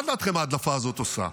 מה דעתכם ההדלפה הזאת עושה?